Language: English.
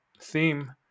theme